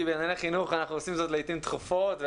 כי בענייני חינוך אנחנו עושים זאת לעיתים תכופות.